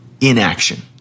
inaction